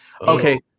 Okay